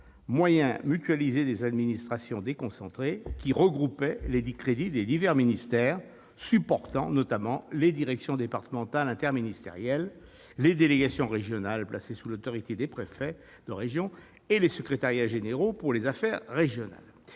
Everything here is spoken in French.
Moyens mutualisés des administrations déconcentrées », qui regroupait les crédits des divers ministères supportant notamment les directions départementales interministérielles, les délégations régionales placées sous l'autorité des préfets de région et les secrétariats généraux pour les affaires régionales.